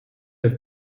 have